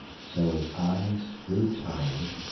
so his eyes grew tired,